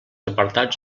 apartats